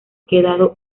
quedado